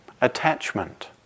attachment